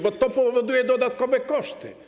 Bo to powoduje dodatkowe koszty.